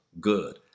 good